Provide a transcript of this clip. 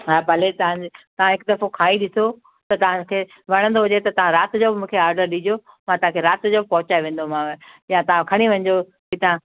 हा भले तव्हांजे तव्हां हिकु दफ़ो खाई ॾिसो त तव्हांखे वणंदो हुजे त तव्हां राति जे बि मूंखे आडर ॾीजो मां तव्हांखे राति जो बि पहुचाइ वेंदोमाव या तव्हां खणी वञिजो हितां